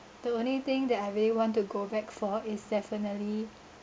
the only thing that I really want to go back for is definitely